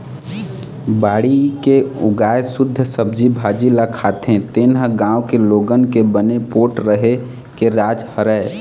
बाड़ी के उगाए सुद्ध सब्जी भाजी ल खाथे तेने ह गाँव के लोगन के बने पोठ रेहे के राज हरय